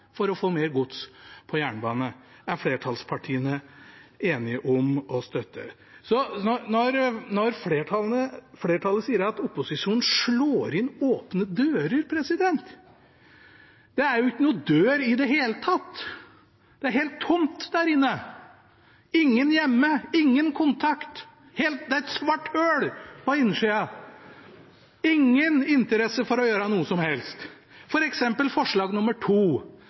for å få mer gods på jernbane er flertallspartiene enige om å støtte! Flertallet sier at opposisjonen slår inn åpne dører, men det er jo ikke noe dør i det hele tatt! Det er helt tomt der inne. Ingen hjemme, ingen kontakt. Det er et svart hull på innsiden. Ingen interesse for å gjøre noe som helst. For eksempel forslag